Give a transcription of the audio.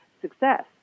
success